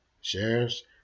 shares